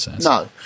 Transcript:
no